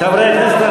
חברי הכנסת,